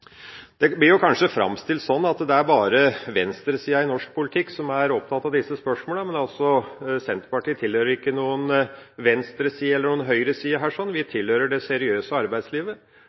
Det blir kanskje framstilt sånn at det bare er venstresida i norsk politikk som er opptatt av disse spørsmålene, men Senterpartiet tilhører ikke noen venstreside eller noen høyreside. Vi tilhører det seriøse arbeidslivet.